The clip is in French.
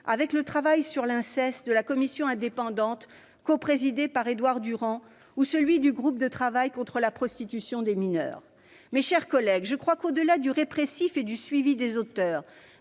avec le travail sur l'inceste de la commission indépendante coprésidée par Édouard Durand ou avec celui du groupe de travail contre la prostitution des mineurs. Mes chers collègues, au-delà du répressif et du suivi des auteurs,